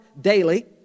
daily